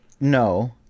No